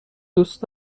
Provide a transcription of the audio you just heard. دوست